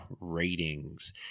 ratings